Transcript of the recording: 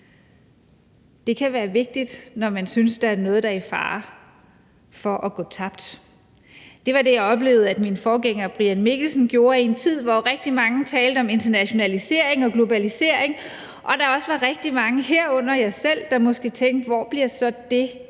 Det kan være vigtigt, når man synes, der er noget, der er i fare for at gå tabt, og det var det, som jeg oplevede min forgænger Brian Mikkelsen gjorde i en tid, hvor rigtig mange talte om internationalisering og globalisering, og hvor der også var rigtig mange, herunder jeg selv, der måske tænkte: Hvor bliver så det,